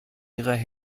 ihrer